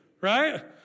right